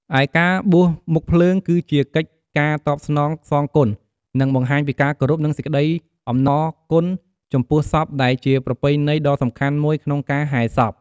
ឯការបួសមុខភ្លើង គឺជាកិច្ចការតបស្នងសងគុណ និងបង្ហាញពីការគោរព និងសេចក្តីអំណរគុណចំពោះសព ដែលជាប្រពៃណីដ៏សំខាន់មួយក្នុងការហែសព។